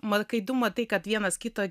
mat kai tu matai kad vienas kito